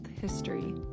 history